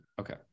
Okay